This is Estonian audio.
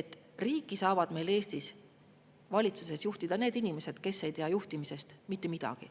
et riiki saavad meil Eesti valitsuses juhtida need inimesed, kes ei tea juhtimisest mitte midagi.